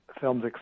films